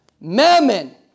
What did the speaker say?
Mammon